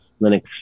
Linux